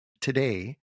today